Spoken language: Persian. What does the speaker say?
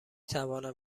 توانم